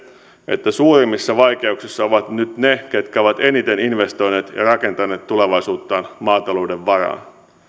että suurimmissa vaikeuksissa ovat nyt ne jotka ovat eniten investoineet ja rakentaneet tulevaisuuttaan maatalouden varaan